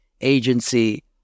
agency